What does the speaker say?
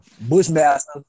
Bushmaster